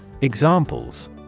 Examples